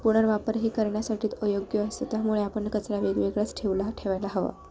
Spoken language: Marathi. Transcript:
पुनर्वापरही करण्यासाठी तो अयोग्य असतो त्यामुळे आपण कचरा वेगवेगळाच ठेवला ठेवायला हवा